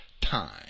time